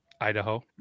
Idaho